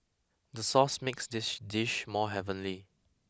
the sauce makes this dish more heavenly